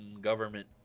government